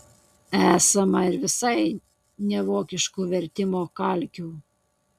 esama ir visai nevokiškų vertimo kalkių